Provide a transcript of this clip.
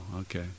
okay